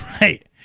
Right